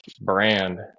brand